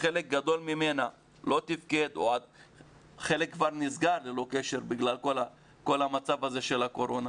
שחלק גדול ממנה לא תפקד או חלק כבר נסגר בגלל כל המצב של הקורונה,